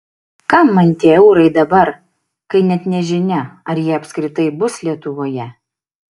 kam man tie eurai dabar kai net nežinia ar jie apskritai bus lietuvoje